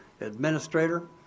administrator